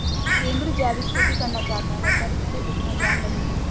टिपेंद्र जैविक खेती करना चाहता है पर उसे उतना ज्ञान नही है